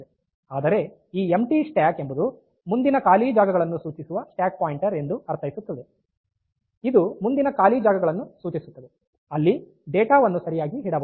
ಆದರೆ ಈ empty stack ಎಂಬುದು ಮುಂದಿನ ಖಾಲಿ ಜಾಗಗಳನ್ನು ಸೂಚಿಸುವ ಸ್ಟ್ಯಾಕ್ ಪಾಯಿಂಟರ್ ಎಂದು ಅರ್ಥೈಸುತ್ತದೆ ಇದು ಮುಂದಿನ ಖಾಲಿ ಜಾಗಗಳನ್ನು ಸೂಚಿಸುತ್ತದೆ ಅಲ್ಲಿ ಡೇಟಾ ವನ್ನು ಸರಿಯಾಗಿ ಇಡಬಹುದು